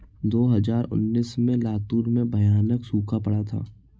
दो हज़ार उन्नीस में लातूर में भयानक सूखा पड़ा था